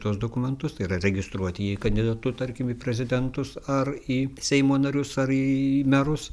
tuos dokumentus tai yra registruoti jį kandidatu tarkim į prezidentus ar į seimo narius ar į merus